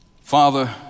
Father